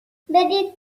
برید